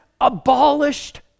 abolished